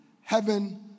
heaven